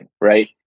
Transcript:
right